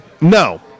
No